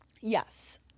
Yes